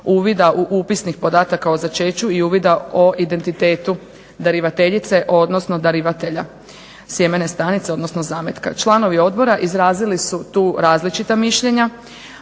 uvida u upisnik podataka o začeću i uvida o identitetu darivateljice, odnosno darivatelja sjemene stanice odnosno zametka. Članovi odbora izrazili su tu različita mišljenja,